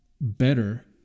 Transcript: better